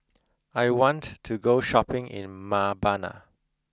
I want to go shopping in Mbabana